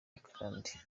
akarande